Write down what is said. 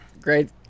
great